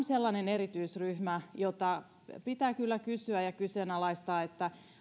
sellainen erityisryhmä jonka kohdalla pitää kyllä kysyä ja kyseenalaistaa